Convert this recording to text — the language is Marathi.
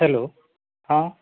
हॅलो हां